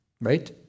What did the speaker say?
Right